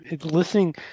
listening